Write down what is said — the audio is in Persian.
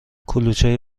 کلوچه